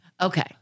Okay